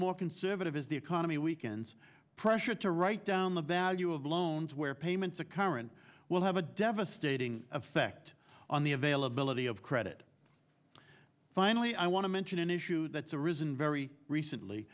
more conservative as the economy weakens pressure to write down the value of the loans where payments to current will have a devastating effect on the availability of credit finally i want to mention an issue that's arisen very recently